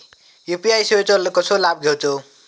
UPI सेवाचो कसो लाभ घेवचो?